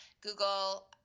Google